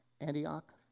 Antioch